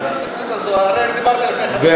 התקדים הזה יתקבע לטווח